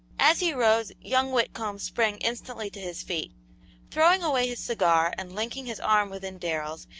as he rose young whitcomb sprang instantly to his feet throwing away his cigar and linking his arm within darrell's,